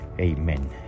amen